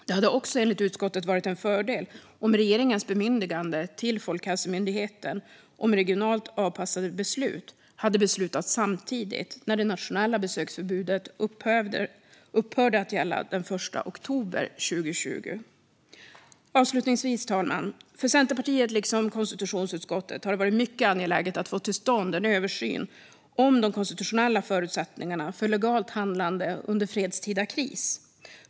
Det hade också enligt utskottet varit en fördel om regeringens bemyndigande till Folkhälsomyndigheten om regionalt avpassade beslut hade beslutats samtidigt som det nationella besöksförbudet upphörde att gälla den 1 oktober 2020. Fru talman! För Centerpartiet liksom konstitutionsutskottet har det varit mycket angeläget att få till stånd en översyn om de konstitutionella förutsättningarna för legalt handlande under fredstida kris.